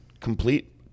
complete